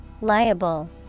liable